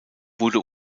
wurde